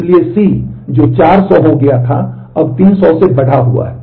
इसलिए C जो 400 हो गया था अब 300 से बढ़ा हुआ है